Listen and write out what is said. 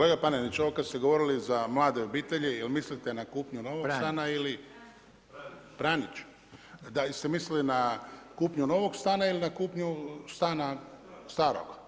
Kolega Paneniću, ovo kada ste govorili za mlade obitelji, jel mislite na kupnju novog stana ili … [[Upadica se ne čuje.]] Pranić, da jeste mislili na kupnju novog stana ili na kupnju stana, starog.